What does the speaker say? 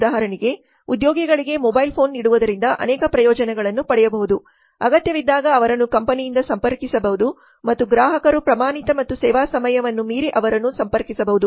ಉದಾಹರಣೆಗೆ ಉದ್ಯೋಗಿಗಳಿಗೆ mobile phone ನೀಡುವುದರಿಂದ ಅನೇಕ ಪ್ರಯೋಜನಗಳನ್ನು ಪಡೆಯಬಹುದು ಅಗತ್ಯವಿದ್ದಾಗ ಅವರನ್ನು ಕಂಪನಿಯಿಂದ ಸಂಪರ್ಕಿಸಬಹುದು ಮತ್ತು ಗ್ರಾಹಕರು ಪ್ರಮಾಣಿತ ಅಥವಾ ಸೇವಾ ಸಮಯವನ್ನು ಮೀರಿ ಅವರನ್ನು ಸಂಪರ್ಕಿಸಬಹುದು